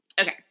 okay